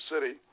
city